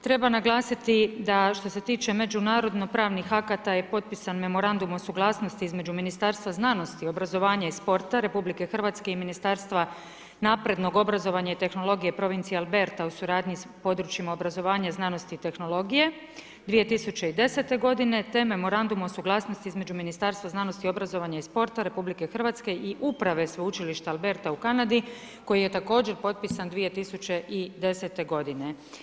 Treba naglasiti da što se tiče međunarodno pravnih akata je potpisan Memorandum o suglasnosti između Ministarstva znanosti i obrazovanja i sporta RH i Ministarstva naprednog obrazovanja i tehnologije provincije Alberta u suradnju s područjima obrazovanja, znanosti i tehnologije 2010. te Memorandum o suglasnosti između Ministarstva znanosti, obrazovanja i sporta RH i Uprave Sveučilišta Alberta u Kanadi koji je također potpisan 2010. godine.